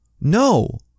no